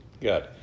Good